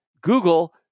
Google